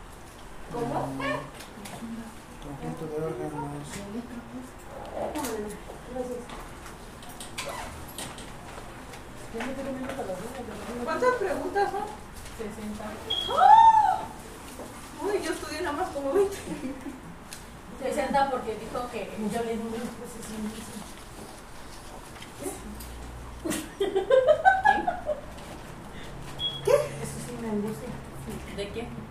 ¿Cómo? Mm. Conjunto de órganos. ¿Cuántas preguntas son? Sesenta. ¡Ah! Uy, yo estudié nada más como veinte. Sesenta porque dijo que yo leí un libro, pues, es un libro. ¿Qué? ¿Sí? ¿Qué? Eso sí me angustia. ¿De qué?